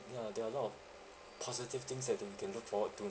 ya there are a lot of positive things that can can look forward to